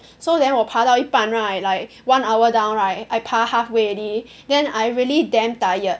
so then 我爬到一半 right like one hour down right I 爬 halfway already then I really damn tired